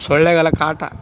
ಸೊಳ್ಳೆಗಳ ಕಾಟ